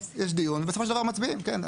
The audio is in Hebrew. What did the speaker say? יש דיון, בסופו של דבר מצביעים, כן?